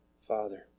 Father